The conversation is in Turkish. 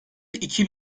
iki